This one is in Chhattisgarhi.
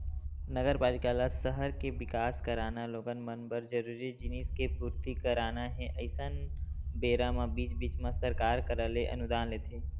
नगरपालिका ल सहर के बिकास कराना लोगन मन बर जरूरी जिनिस के पूरति कराना हे अइसन बेरा म बीच बीच म सरकार करा ले अनुदान लेथे